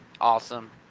Awesome